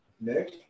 nick